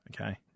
Okay